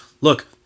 Look